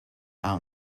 out